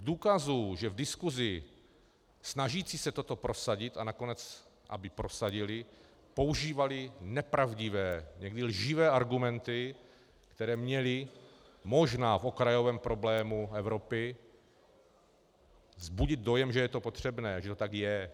Důkazů, že v diskusi snažící se toto prosadit, a nakonec aby prosadili, používali nepravdivé, někdy lživé argumenty, které měly možná v okrajovém problému Evropy vzbudit dojem, že je to potřebné, že to tak je.